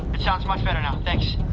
sounds much better now, thanks.